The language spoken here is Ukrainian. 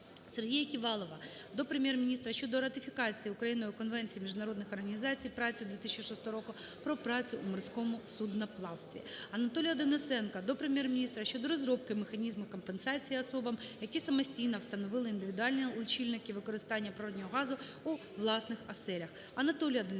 Сергія Ківалова до Прем'єр-міністра щодо ратифікації Україною Конвенції Міжнародної організації праці 2006 року про працю у морському судноплавстві. Анатолія Денисенка до Прем'єр-міністра щодо розробки механізму компенсації особам, які самостійно встановили індивідуальні лічильники використання природного газу у власних оселях.